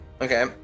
okay